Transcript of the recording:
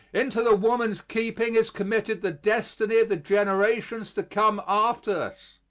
into the woman's keeping is committed the destiny of the generations to come after us.